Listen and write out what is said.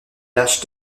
lâche